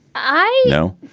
i know,